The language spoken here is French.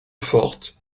forte